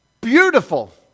beautiful